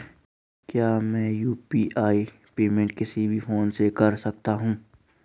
क्या मैं UPI payment किसी भी फोन से कर सकता हूँ?